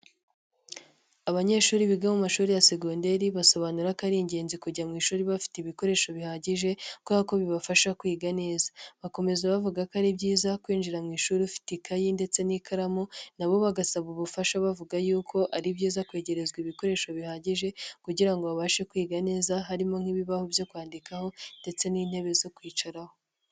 Abanyeshuri biga mu mashuri ya segonderi basobanura ko ari ingenzi kujya mu ishuri bafite ibikoresho bihagije kubera ko bibafasha kwiga neza. Bakomeza bavuga ko ari byiza kwinjira mu ishuri ufite ikayi ndetse n'ikaramu, nabo bagasaba ubufasha bavuga yuko ari byiza kwegerezwa ibikoresho bihagije kugira ngo babashe kwiga neza harimo nk'ibibaho byo kwandikaho ndetse n'intebe zo kwicaraho.